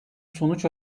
sonuç